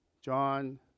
John